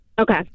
okay